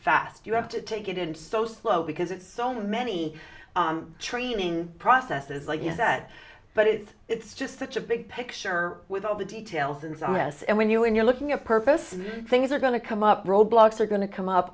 fast you have to take it in so slow because it's so many training process it's like you said but it's it's just such a big picture with all the details and so on us and when you when you're looking at purpose things are going to come up roadblocks are going to come up